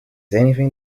anything